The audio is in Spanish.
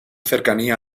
cercanía